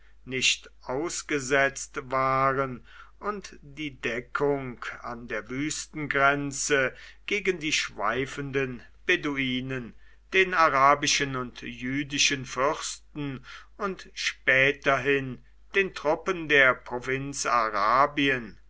nicht ausgesetzt waren und die deckung an der wüstengrenze gegen die schweifenden beduinen den arabischen und jüdischen fürsten und späterhin den truppen der